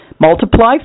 multiply